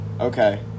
Okay